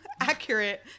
accurate